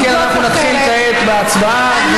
על כן, נתחיל כעת בהצבעה.